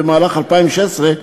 במהלך 2016,